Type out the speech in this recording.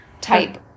type